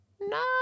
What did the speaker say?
No